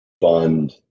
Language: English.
fund